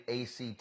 ACT